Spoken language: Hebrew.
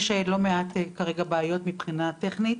יש כרגע לא מעט בעיות מבחינה טכנית.